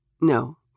No